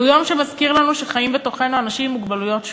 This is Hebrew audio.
זהו יום שמזכיר לנו שחיים בתוכנו אנשים עם מוגבלויות שונות,